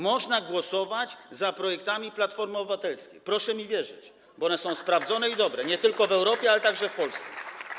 Można głosować za projektami Platformy Obywatelskiej, proszę mi wierzyć, bo one są sprawdzone i dobre, nie tylko w Europie, ale także w Polsce.